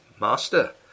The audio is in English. Master